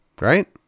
right